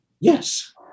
Yes